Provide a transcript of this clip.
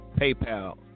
PayPal